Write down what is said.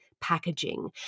packaging